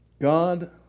God